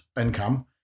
income